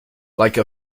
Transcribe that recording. like